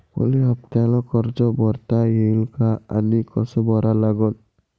मले हफ्त्यानं कर्ज भरता येईन का आनी कस भरा लागन?